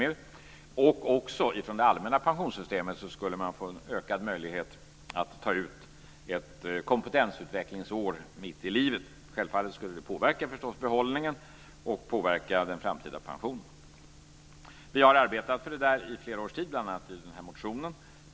Man skulle också få en ökad möjlighet att med hjälp av det allmänna pensionssystemet ta ut ett kompetensutvecklingsår mitt i livet. Självfallet skulle det påverka behållningen och den framtida pensionen. Vi har arbetat för det i flera års tid, bl.a. genom denna motion.